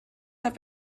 have